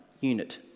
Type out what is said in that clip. unit